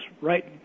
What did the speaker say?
right